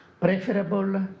preferable